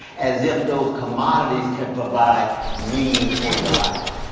as if those commodities can provide meaning for your life,